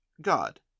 God